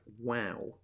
Wow